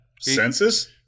census